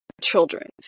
children